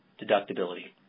deductibility